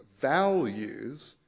values